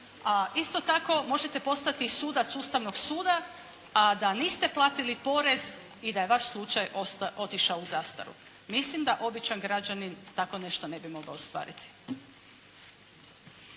isto tako možete postati sudac Ustavnog suda, a da niste platili porez i da je vaš slučaj otišao u zastaru. Mislim da običan građanin tako nešto ne bi mogao ostvariti.